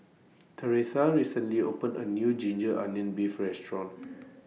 Theresa recently opened A New Ginger Onions Beef Restaurant